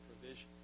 provision